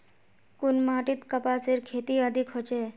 कुन माटित कपासेर खेती अधिक होचे?